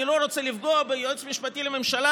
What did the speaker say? לא רוצה לפגוע ביועץ המשפטי לממשלה,